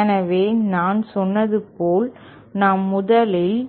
எனவே நான் சொன்னது போல் நாம் முதலில்